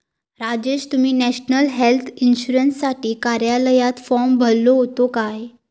राजेश, तुम्ही national health इन्शुरन्ससाठी कार्यालयात फॉर्म भरलो होतो काय?